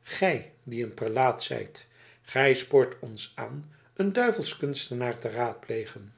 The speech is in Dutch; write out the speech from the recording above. gij die een prelaat zijt gij spoort ons aan een duivelskunstenaar te raadplegen